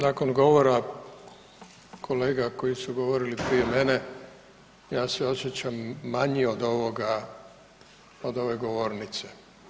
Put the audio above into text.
Nakon govora kolega koji su govorili prije mene, ja se osjećam manji od ove govornice.